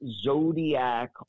Zodiac